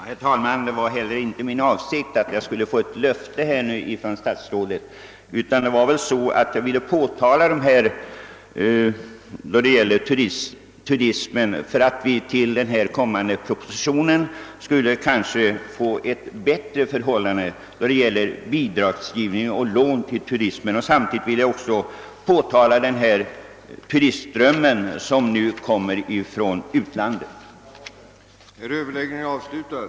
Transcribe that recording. Herr talman! Det var heller inte min avsikt att jag skulle få ett löfte från statsrådet, utan jag ville bara framhålla vikten av att vi i samband med den kommande propositionen kan få bättre förhållanden vad gäller bidragsgivning och lån till turistnäringen. Samtidigt ville jag också fästa uppmärksamheten på den turistström från utlandet som vi nu har.